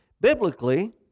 Biblically